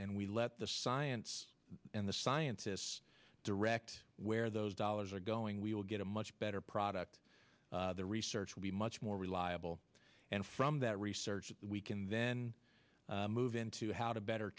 and we let the science and the scientists direct where those dollars are going we will get a much better product the research will be much more reliable and from that research we can then move into how to better